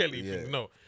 No